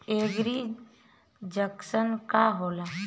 एगरी junction का होला?